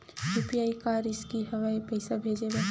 UPI का रिसकी हंव ए पईसा भेजे बर?